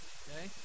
okay